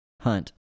hunt